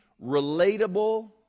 relatable